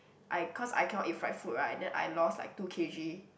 I cause I cannot eat fried food right then I lost like two K_G